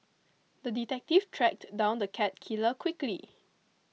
the detective tracked down the cat killer quickly